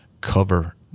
cover